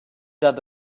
dat